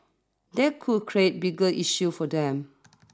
that could create bigger issues for them